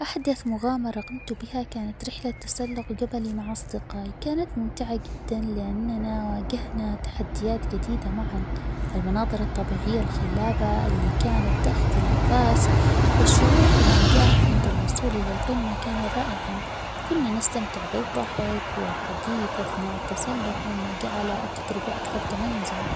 أحدث مغامرة قمت بها كانت رحلة تسلق جبلي مع أصدقائي ،كانت ممتعة جدا ؛لأننا واجهنا تحديات جديدة معًا ،المناظر الطبيعية الخلابة اللي كانت تأخذ الأنفاس ،والشعور بالنجاح عند الوصول إلى القمة، كان رائعًا كنا نستمتع بالضحك والحديث أثناء التسلق مما جعل التجربة أكثر تميزًا.